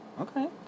okay